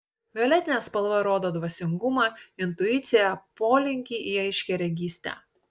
violetinė spalva rodo dvasingumą intuiciją polinkį į aiškiaregystę